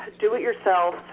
do-it-yourself